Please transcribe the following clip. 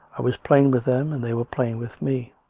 i was plain with them and they were plain with me.